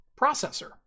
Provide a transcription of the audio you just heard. processor